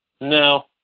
No